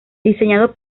diseñado